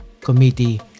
Committee